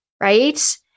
right